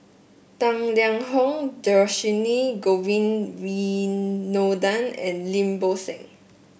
Tang Liang Hong Dhershini Govin Winodan and Lim Bo Seng